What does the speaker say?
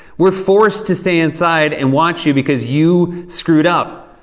we're forced to stay inside and watch you because you screwed up.